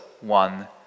one